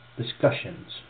discussions